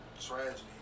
Tragedy